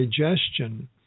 digestion